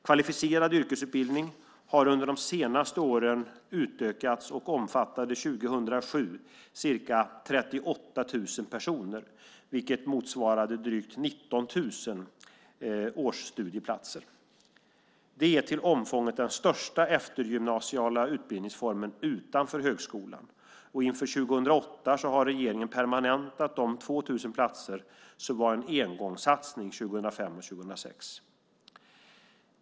Kvalificerad yrkesutbildning har under de senaste åren utökats och omfattade 2007 ca 38 000 personer, vilket motsvarade drygt 19 000 årsstudieplatser. Det är till omfånget den största eftergymnasiala utbildningsformen utanför högskolan. Inför 2008 har regeringen permanentat de 2 000 platser som var en engångssatsning 2005 och 2006.